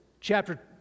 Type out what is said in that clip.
chapter